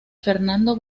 fernando